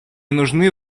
нужны